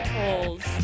holes